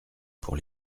pour